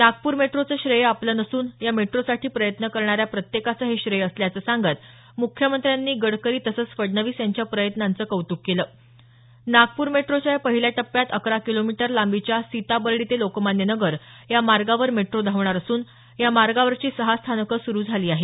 नागपूर मेट्रोचं श्रेय आपलं नसून या मेट्रोसाठी प्रयत्न करणाऱ्या प्रत्येकाचं हे श्रेय असल्याचं सांगत मुख्यमंत्र्यांनी गडकरी तसंच फडणवीस यांच्या प्रयत्नांचं कौतुक केलं नागपूर मेट्रोच्या या पहिल्या टप्प्यात अकरा किलोमीटर लांबीच्या सीताबर्डी ते लोकमान्य नगर या मार्गावर मेट्रो धावणार असून या मार्गावरची सहा स्थानकं सुरु झाली आहेत